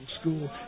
school